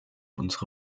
unsere